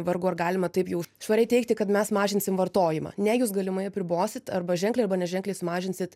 vargu ar galima taip jau švariai teigti kad mes mažinsim vartojimą ne jūs galimai apribosit arba ženkliai arba neženkliai sumažinsit